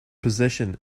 possession